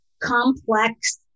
complex